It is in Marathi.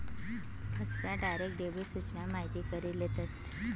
फसव्या, डायरेक्ट डेबिट सूचना माहिती करी लेतस